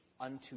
unto